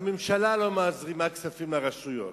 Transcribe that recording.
הממשלה לא מזרימה כספים לרשויות,